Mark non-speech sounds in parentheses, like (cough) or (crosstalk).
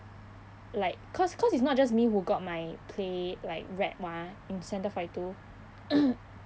like cause cause it's not just me who got my play like read [what] in centre forty two (coughs)